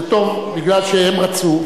זה טוב כי הם רצו,